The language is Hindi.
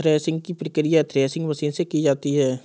थ्रेशिंग की प्रकिया थ्रेशिंग मशीन से की जाती है